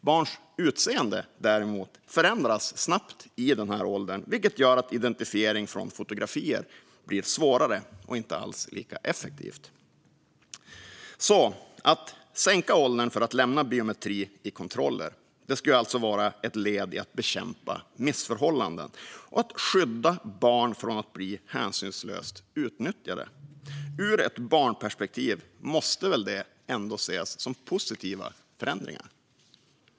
Barns utseende däremot förändras snabbt i den åldern, vilket gör att identifiering från fotografier blir svårare och inte alls lika effektivt. Att sänka åldern för att lämna biometri i kontroller skulle alltså vara ett led i att bekämpa missförhållanden och att skydda barn från att bli hänsynslöst utnyttjade. Ur ett barnperspektiv måste det väl ändå ses som positiva förändringar.